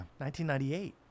1998